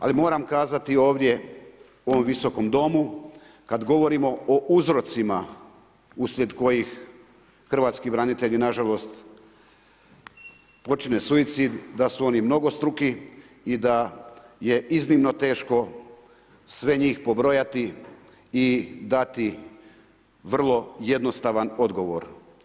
Ali moram kazati ovdje u ovom visokom domu, kad govorimo o uzrocima uslijed koji hrvatski branitelji na žalost, počine suicid, da su oni mnogostruki i da je iznimno teško sve njih pobrojati i dati vrlo jednostavan odgovor.